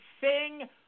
sing